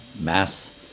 mass